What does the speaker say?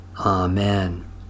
Amen